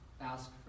Ask